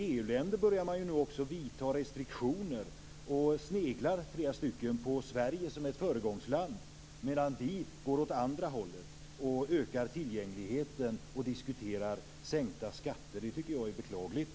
EU-länder börjar nu också vidta restriktioner, och flera sneglar på Sverige som ett föregångsland, medan vi går åt andra hållet och ökar tillgängligheten och diskuterar sänkta skatter. Det tycker jag är beklagligt.